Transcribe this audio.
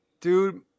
dude